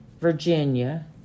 Virginia